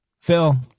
Phil